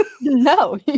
no